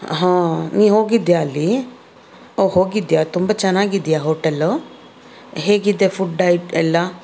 ಹಾಂ ನೀನು ಹೋಗಿದ್ಯಾ ಅಲ್ಲಿ ಒಹ್ ಹೋಗಿದ್ಯಾ ತುಂಬ ಚೆನ್ನಾಗಿದೆಯಾ ಹೋಟೆಲ್ಲು ಹೇಗಿದೆ ಫುಡ್ ಐಯ್ಟ್ ಎಲ್ಲ